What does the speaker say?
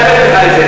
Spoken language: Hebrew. העברתי לך.